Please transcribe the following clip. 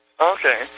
Okay